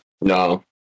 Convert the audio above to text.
No